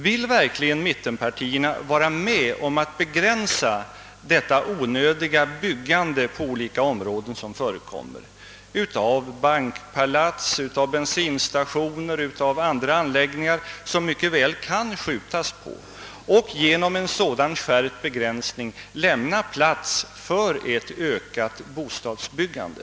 Vill verkligen mittpartierna vara med om att begränsa det onödiga byggandet av bankpalats, bensinstationer och andra anläggningar, som mycket väl kan uppskjutas, och genom en sådan skärpt begränsning lämna plats för ett ökat bostadsbyggande?